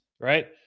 right